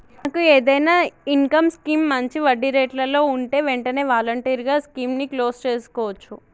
మనకు ఏదైనా income scheme మంచి వడ్డీ రేట్లలో ఉంటే వెంటనే వాలంటరీగా స్కీమ్ ని క్లోజ్ సేసుకోవచ్చు